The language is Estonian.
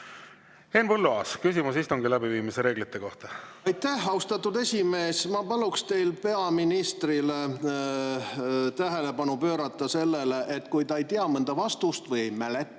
Henn Põlluaas, küsimus istungi läbiviimise reeglite kohta. Aitäh, austatud esimees! Ma paluksin teil juhtida peaministri tähelepanu sellele, et kui ta ei tea mõnda vastust või ei mäleta,